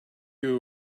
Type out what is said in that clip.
you